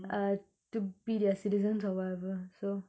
uh to be their citizens or whatever so